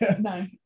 No